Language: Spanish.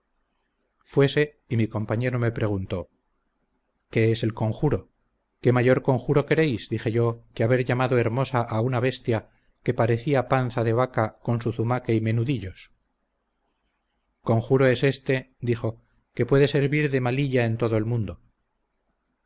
fuese y mi compañero me preguntó qué es del conjuro qué mayor conjuro queréis dije yo que haber llamado hermosa a una bestia que parecía panza de vaca con su zumaque y menudillos conjuro es este dijo que puede servir de malilla en todo el mundo